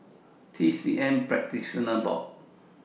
TCM Practitioners Board